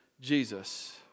Jesus